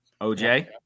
OJ